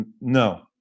no